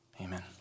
Amen